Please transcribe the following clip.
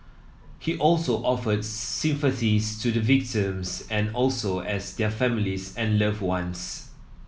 he also offered sympathies to the victims and also as their families and loved ones